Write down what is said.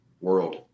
world